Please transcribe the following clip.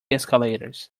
escalators